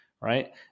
right